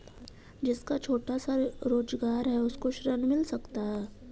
जिसका छोटा सा रोजगार है उसको ऋण मिल सकता है?